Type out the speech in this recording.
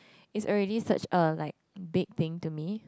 is already such a like big thing to me